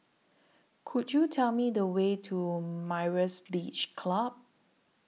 Could YOU Tell Me The Way to Myra's Beach Club